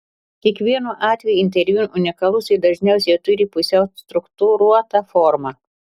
kiekvienu atveju interviu unikalus ir dažniausiai turi pusiau struktūruotą formą